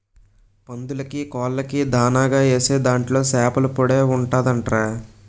పందులకీ, కోళ్ళకీ దానాగా ఏసే దాంట్లో సేపల పొడే ఉంటదంట్రా